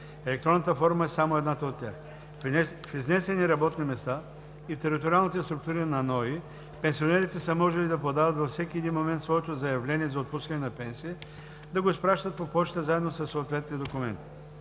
Електронната форма е само една от тях. В изнесени работни места и в териториалните структури на Националния осигурителен институт пенсионерите са можели да подават във всеки един момент своето заявление за отпускане на пенсия, да го изпращат по пощата заедно със съответните документи.